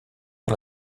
sur